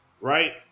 right